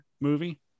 movie